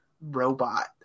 robot